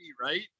right